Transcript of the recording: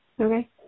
okay